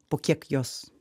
po kiek jos